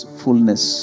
fullness